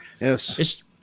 Yes